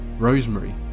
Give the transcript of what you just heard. Rosemary